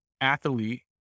athlete